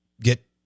get